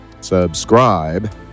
Subscribe